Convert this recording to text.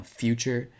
future